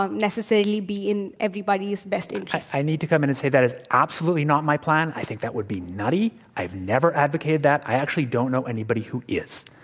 um necessarily, be in everybody's best interest. i need to come in and say that is, absolutely, not my plan. i think that would be nutty. i've never advocated that. i, actually, don't know anybody who is.